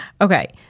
okay